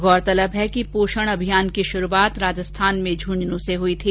गौरतलब है कि पोषण अभियान की शुरूआत राजस्थान में झुझनू से हुई थी